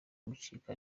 kumucika